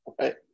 Right